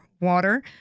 Water